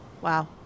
Wow